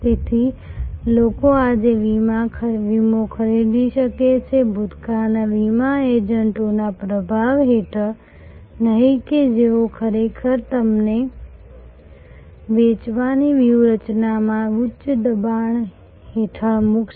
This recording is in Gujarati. તેથી લોકો આજે વીમો ખરીદી શકે છે ભૂતકાળના વીમા એજન્ટોના પ્રભાવ હેઠળ નહીં કે જેઓ ખરેખર તમને વેચવાની વ્યૂહરચનામાં ઉચ્ચ દબાણ હેઠળ મૂકશે